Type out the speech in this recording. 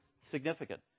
significant